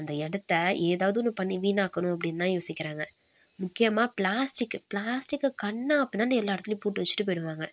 அந்த இடத்த ஏதாவது ஒன்று பண்ணி வீணாக்கணு அப்படின்னுதான் யோசிக்கிறாங்க முக்கியமாக பிளாஸ்டிக்கு பிளாஸ்டிக்கை கன்னாப்பின்னான்னு எல்லா இடத்துலையும் போட்டு வச்சுட்டு போயிடுவாங்க